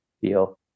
feel